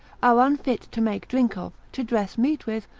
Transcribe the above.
are unfit to make drink of, to dress meat with,